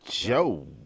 Joe